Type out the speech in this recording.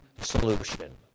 solution